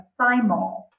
thymol